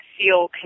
feel